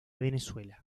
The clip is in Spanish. venezuela